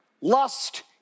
Lust